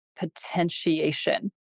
potentiation